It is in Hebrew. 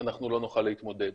אנחנו לא נוכל להתמודד.